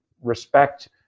respect